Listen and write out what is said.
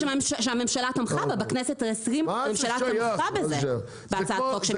שהממשלה תמכה בה בכנסת ה-20 הממשלה בזה בהצעת החוק שמיקי זוהר הוביל.